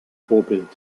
vorbild